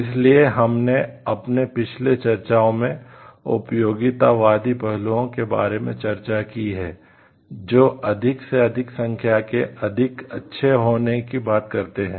इसलिए हमने अपने पिछले चर्चाओं में उपयोगितावादी पहलुओं के बारे में चर्चा की है जो अधिक से अधिक संख्या के अधिक अच्छे होने की बात करते हैं